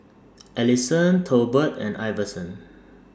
Alisson Tolbert and Iverson